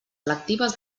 lectives